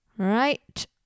right